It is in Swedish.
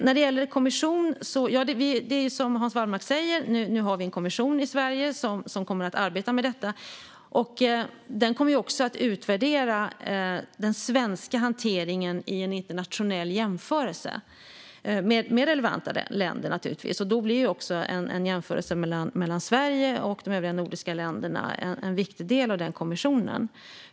När det gäller en kommission är det som Hans Wallmark säger att vi nu har en kommission i Sverige som kommer att arbeta med detta. Den kommer också att utvärdera den svenska hanteringen i en internationell jämförelse med relevanta länder. Då blir en jämförelse mellan Sverige och de övriga nordiska länderna en viktig del.